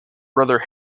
brother